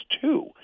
two